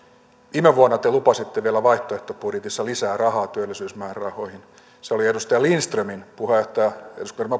viime vuonna te lupasitte vielä vaihtoehtobudjetissa lisää rahaa työllisyysmäärärahoihin se oli edustaja lindströmin eduskuntaryhmän puheenjohtaja